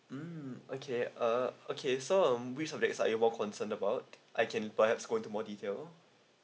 mm okay uh okay so um which subjects are you more concern about I can perhaps go to more detail